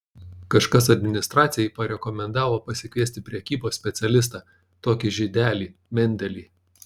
kažkas administracijai parekomendavo pasikviesti prekybos specialistą tokį žydelį mendelį